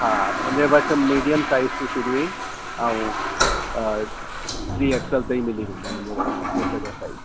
हा मुंहिजे वटि मीडियम साइज तूं शुरू आहिनि ऐं थ्री एक्स एल ताईं मिली वेंदा मुंहिंजे वटि इहे सॼा साइज